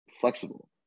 flexible